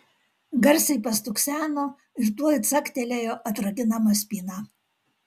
garsiai pastukseno ir tuoj caktelėjo atrakinama spyna